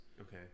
okay